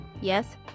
Yes